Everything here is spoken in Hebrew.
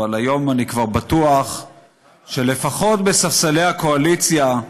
אבל היום אני כבר בטוח שלפחות בספסלי הקואליציה,